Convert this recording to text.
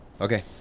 Okay